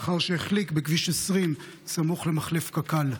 לאחר שהחליק בכביש 20 סמוך למחלף קק"ל.